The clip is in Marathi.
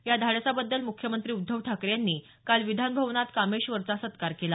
या धाडसाबद्दल मुख्यमंत्री उद्धव ठाकरे यांनी काल विधानभवनात कामेश्वरचा सत्कार केला